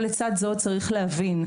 אבל לצד זה צריך להבין,